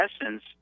essence